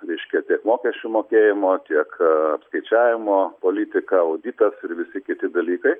reiškia tiek mokesčių mokėjimo tiek apskaičiavimo politika auditas ir visi kiti dalykai